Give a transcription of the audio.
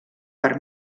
per